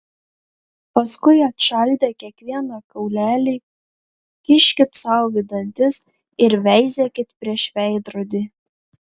paskui atšaldę kiekvieną kaulelį kiškit sau į dantis ir veizėkit prieš veidrodį